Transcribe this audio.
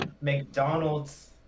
McDonald's